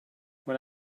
when